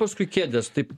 paskui kėdės taip